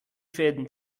fäden